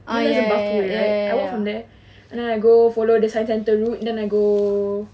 you know there's a bus way right I walk from there and then I go follow the science centre route and then I go